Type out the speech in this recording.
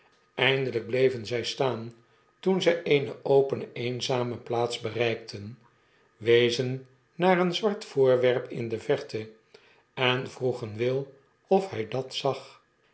eindelp bleven zj staan toen zy eene opene eenzame plaats bereikten wezen naar een zwart voorwerp in de verte en vroegen will of hy dat zag